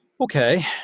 okay